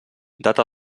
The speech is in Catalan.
data